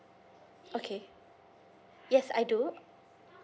okay yes I do